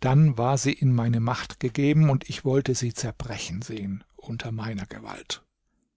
dann war sie in meine macht gegeben und ich wollte sie zerbrechen sehen unter meiner gewalt